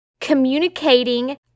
communicating